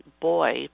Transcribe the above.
boy